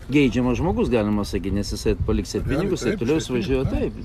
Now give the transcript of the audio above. geidžiamas žmogus galima sakyt nes jisai paliks ir pinigus ir toliau jis važiuoja taip